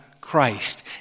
Christ